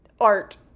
art